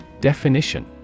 Definition